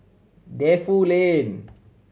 Defu Lane